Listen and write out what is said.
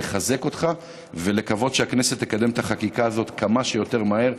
לחזק אותך ולקוות שהכנסת תקדם את החקיקה הזאת כמה שיותר מהר.